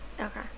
okay